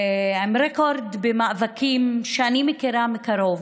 עם רקורד במאבקים שאני מכירה מקרוב,